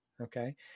Okay